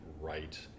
right